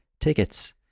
tickets